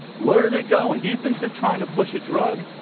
where are they going? do you think they're trying to push a drug?